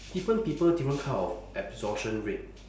different people different kind of absorption rate